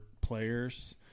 players –